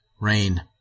Rain